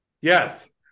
yes